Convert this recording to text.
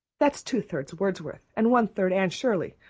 that's two thirds wordsworth and one third anne shirley.